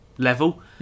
level